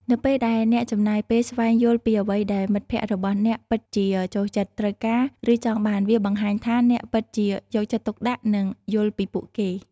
នៅពេលដែលអ្នកចំណាយពេលស្វែងយល់ពីអ្វីដែលមិត្តភក្តិរបស់អ្នកពិតជាចូលចិត្ត ត្រូវការ ឬចង់បាន វាបង្ហាញថាអ្នកពិតជា យកចិត្តទុកដាក់ និង យល់ពីពួកគេ។